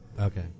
okay